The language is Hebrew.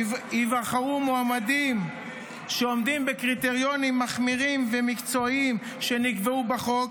ייבחרו מועמדים שעומדים בקריטריונים מחמירים ומקצועיים שנקבעו בחוק,